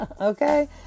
Okay